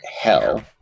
hell